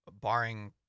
barring